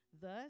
Thus